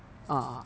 ah